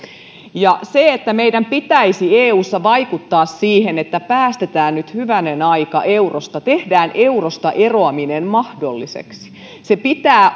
meidän pitäisi eussa vaikuttaa siihen että päästetään nyt hyvänen aika irti eurosta tehdään eurosta eroaminen mahdolliseksi sen pitää